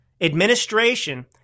administration